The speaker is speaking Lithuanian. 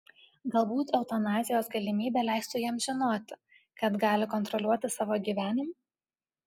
galbūt eutanazijos galimybė leistų jiems žinoti kad gali kontroliuoti savo gyvenimą